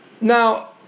Now